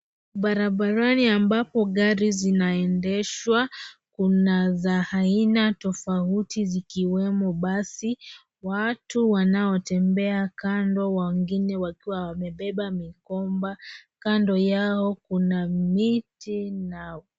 barabarani ambapo gari zinaendeshwa kuna za aina tofauti zikiwemo basi watu wanaotembea kando wengine wakiwa wamebeba mikoba kando yao kuna miti.